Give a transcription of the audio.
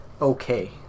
okay